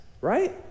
right